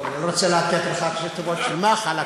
אני לא רוצה לתת לך ראשי תיבות של מח"ל,